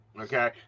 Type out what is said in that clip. Okay